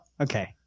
Okay